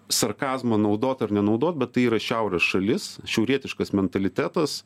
sarkazmą naudot ar nenaudot bet tai yra šiaurės šalis šiaurietiškas mentalitetas